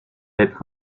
être